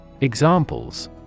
Examples